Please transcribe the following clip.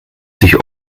sich